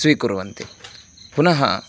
स्वीकुर्वन्ति पुनः